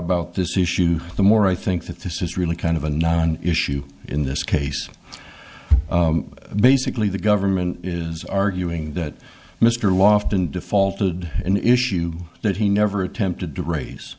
about this issue the more i think that this is really kind of a non issue in this case basically the government is arguing that mr loft in defaulted an issue that he never attempted to raise